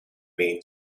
main